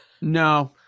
No